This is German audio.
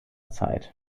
zeit